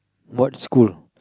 what school